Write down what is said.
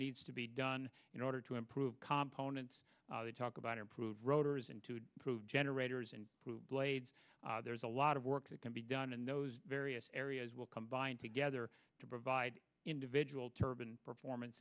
needs to be done in order to improve com ponens to talk about improved rotors and to prove generators and blades there is a lot of work that can be done and those various areas will combine together to provide individual turban performance